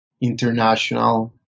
international